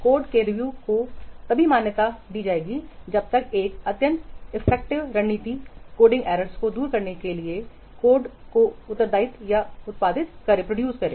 code के review को तभी मान्यता दी जाएगी जब एक अत्यंत कॉस्ट इफेक्टिव रणनीति कोडिंग एरर्स को दूर करें और उच्च गुणवत्ता कोड को उत्पादित करें